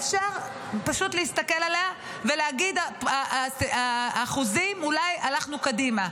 אפשר פשוט להסתכל עליה ולהגיד שבאחוזים אולי הלכנו קדימה,